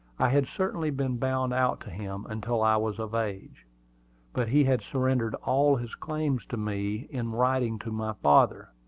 i had certainly been bound out to him until i was of age but he had surrendered all his claims to me in writing to my father,